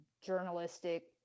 journalistic